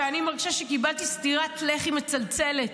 כשאני מרגישה שקיבלתי סטירת לחי מצלצלת,